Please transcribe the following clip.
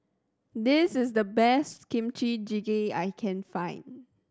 this is the best Kimchi Jjigae I can find